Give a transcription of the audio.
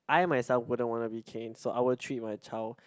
I myself wouldn't want to be caned so I would treat my child